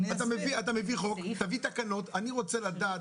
אתה מביא חוק, תביא תקנות, אני רוצה לדעת.